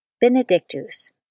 Benedictus